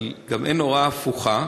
אבל גם אין הוראה הפוכה.